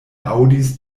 aŭdis